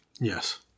Yes